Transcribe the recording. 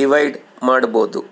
divide ಮಾಡ್ಬೋದು